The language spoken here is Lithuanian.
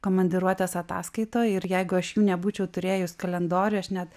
komandiruotės ataskaitoj ir jeigu aš jų nebūčiau turėjus kalendoriuj aš net